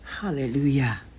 Hallelujah